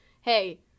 hey